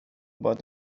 about